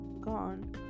gone